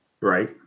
Right